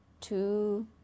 two